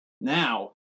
now